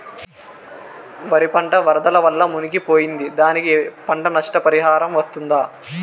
వరి పంట వరదల వల్ల మునిగి పోయింది, దానికి పంట నష్ట పరిహారం వస్తుందా?